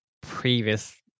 previous